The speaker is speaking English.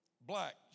Black